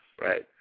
right